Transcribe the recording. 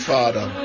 Father